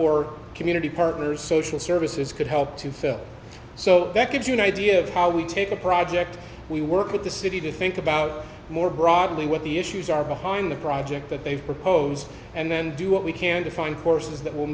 or community partners social services could help to fill so that gives you an idea of how we take a project we work with the city to think about more broadly what the issues are behind the project that they've proposed and then do what we can to find courses that will